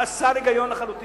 חסר היגיון לחלוטין.